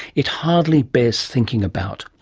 it hardly bears thinking about.